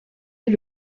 est